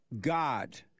God